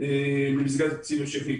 במסגרת תקציב המשכי.